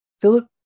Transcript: Philip